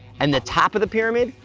and the top of the pyramid,